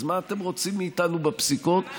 אז מה אתם רוצים מאיתנו בפסיקות?